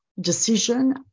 decision